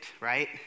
right